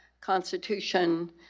Constitution